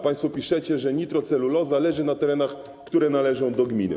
Państwo piszecie, że nitroceluloza leży na terenach, które należą do gminy.